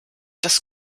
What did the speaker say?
das